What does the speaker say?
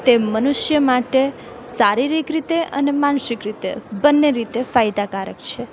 તે મનુષ્ય માટે શારીરિક રીતે અને માનસિક રીતે બંને રીતે ફાયદાકારક છે